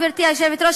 גברתי היושבת-ראש,